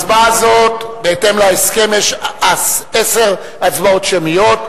הצבעה זו, בהתאם להסכם יש עשר הצבעות שמיות.